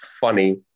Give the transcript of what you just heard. funny